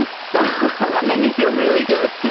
ah so that made me feel really good.